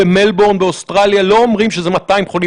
במלבורן באוסטרליה לא אומרים שזה 200 חולים